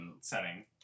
setting